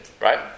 right